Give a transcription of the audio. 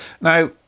now